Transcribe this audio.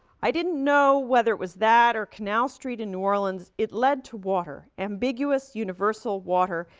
i didn't know whether it was that or canal street in new orleans. it led to water, ambiguous, universal water,